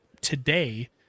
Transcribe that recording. today